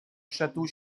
château